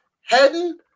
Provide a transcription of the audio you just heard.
heading